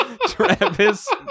Travis